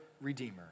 redeemer